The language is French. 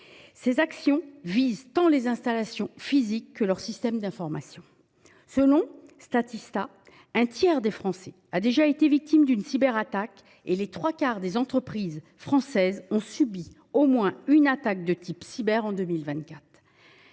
Ces actions visent tant les installations physiques que leurs systèmes d’information. Selon Statista, un tiers des Français a déjà été victime d’une cyberattaque et les trois quarts des entreprises françaises ont subi au moins une attaque de type cyber en 2024.